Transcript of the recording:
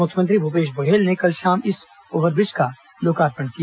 मुख्यमंत्री भूपेश बघेल ने कल शाम इस ओव्हरब्रिज का लोकार्पण किया